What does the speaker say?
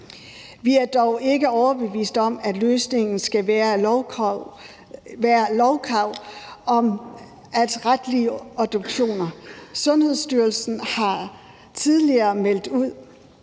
Vi er dog ikke overbeviste om, at løsningen skal være et lovkrav om retlige obduktioner. Sundhedsstyrelsen har tidligere meldt ud,